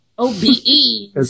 O-B-E